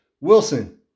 Wilson